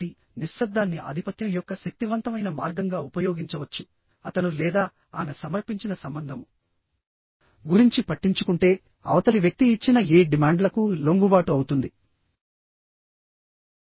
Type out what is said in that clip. కాబట్టినిశ్శబ్దాన్ని ఆధిపత్యం యొక్క శక్తివంతమైన మార్గంగా ఉపయోగించవచ్చు అతను లేదా ఆమె సమర్పించిన సంబంధం గురించి పట్టించుకుంటేఅవతలి వ్యక్తి ఇచ్చిన ఏ డిమాండ్లకు లొంగుబాటు అవుతుంది